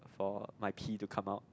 for my pee to come out